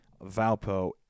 Valpo